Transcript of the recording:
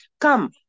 come